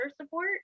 support